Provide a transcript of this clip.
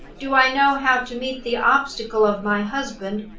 do i know how to meet the obstacle of my husband,